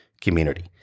community